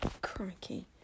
crikey